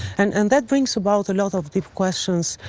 and and that brings about a lot of deep questions,